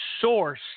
source